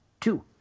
two